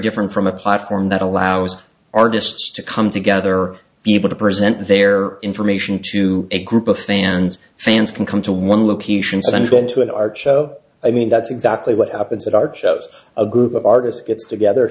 different from a platform that allows artists to come together be able to present their information to a group of fans fans can come to one location send you into an art show i mean that's exactly what happens at our shows a group of artists gets together